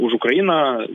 už ukrainą